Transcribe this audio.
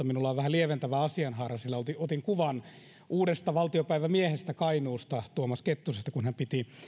minulla on vähän lieventävä asianhaara sillä otin otin kuvan uudesta valtiopäivämiehestä kainuusta tuomas kettusesta kun hän piti